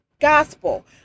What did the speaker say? gospel